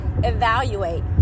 Evaluate